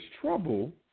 trouble